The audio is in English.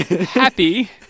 Happy